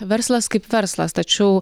verslas kaip verslas tačiau